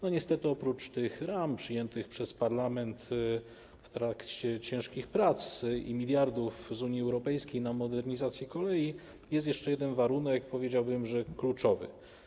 Niestety oprócz tych ram przyjętych przez parlament w trakcie ciężkich prac i miliardów z Unii Europejskiej na modernizację kolei jest jeszcze jeden warunek, powiedziałbym, że kluczowy.